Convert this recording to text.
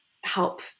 help